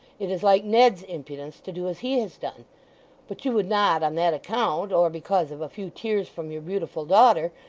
it is like ned's impudence to do as he has done but you would not on that account, or because of a few tears from your beautiful daughter,